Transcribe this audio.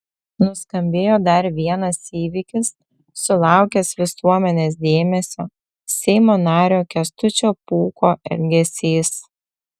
nuskambėjo dar vienas įvykis sulaukęs visuomenės dėmesio seimo nario kęstučio pūko elgesys